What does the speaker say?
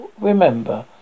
remember